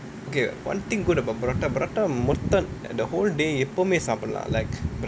okay one thing good about prata prata மொத்தம்:motham the whole day எப்பவுமே சாப்பிடலாம்:eppavumae saapidalaam like